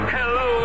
Hello